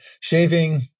shaving